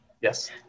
yes